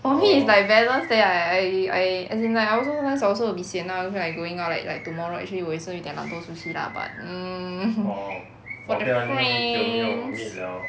for me is like balance leh I I as in like I also sometimes also be sian lah don't feel like going out like like tomorrow actually 我也是有一点懒惰出去 lah but mmhmm for the friends